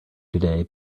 today